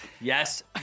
yes